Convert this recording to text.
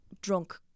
drunk